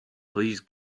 please